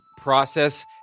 process